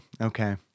Okay